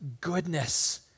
goodness